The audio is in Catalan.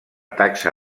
taxa